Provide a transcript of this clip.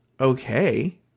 okay